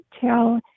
tell